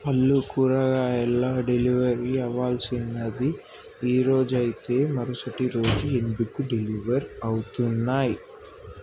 పళ్ళు కూరగాయల డెలివరీ అవ్వాల్సినది ఈరోజు అయితే మరుసటి రోజు ఎందుకు డెలివర్ అవుతున్నాయి